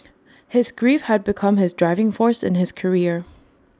his grief had become his driving force in his career